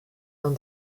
dans